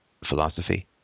philosophy